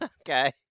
Okay